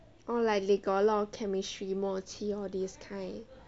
oh like they got a lot of chemistry 默契 all this kind